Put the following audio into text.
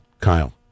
kyle